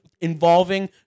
involving